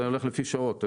זה הולך לפי שעות.